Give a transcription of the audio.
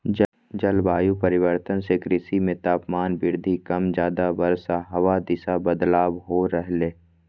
जलवायु परिवर्तन से कृषि मे तापमान वृद्धि कम ज्यादा वर्षा हवा दिशा बदलाव हो रहले